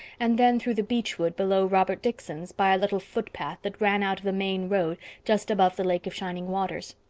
and then through the beech wood below robert dickson's, by a little footpath that ran out to the main road just above the lake of shining waters.